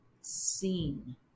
seen